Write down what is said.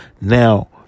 now